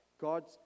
God's